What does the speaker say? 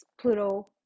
Pluto